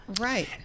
Right